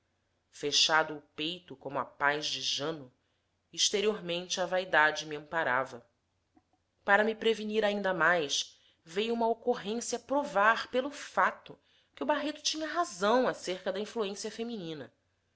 fechado o peito como a paz de jano e exteriormente a vaidade me amparava para me prevenir ainda mais veio uma ocorrência provar pelo fato que o barreto tinha razão acerca da influência feminina